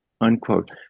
unquote